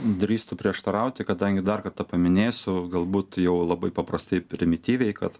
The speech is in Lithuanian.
drįstu prieštarauti kadangi dar kartą paminėsiu galbūt jau labai paprastai primityviai kad